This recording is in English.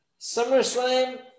SummerSlam